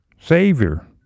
savior